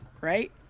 right